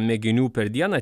mėginių per dieną